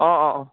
অঁ অঁ